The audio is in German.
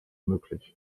möglich